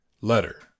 Letter